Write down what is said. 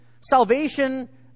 salvation